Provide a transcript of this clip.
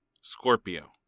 Scorpio